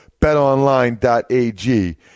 betonline.ag